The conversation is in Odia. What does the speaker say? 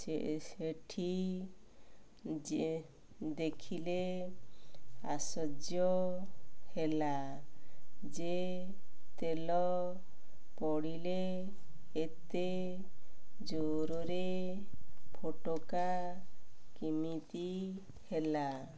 ସେ ସେଠି ଯେ ଦେଖିଲେ ଆଶର୍ଯ୍ୟ ହେଲା ଯେ ତେଲ ପଡ଼ିଲେ ଏତେ ଜୋର୍ରେ ଫୋଟକା କେମିତି ହେଲା